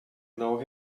know